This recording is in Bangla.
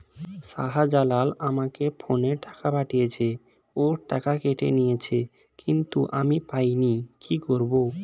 শাহ্জালাল আমাকে ফোনে টাকা পাঠিয়েছে, ওর টাকা কেটে নিয়েছে কিন্তু আমি পাইনি, কি করব?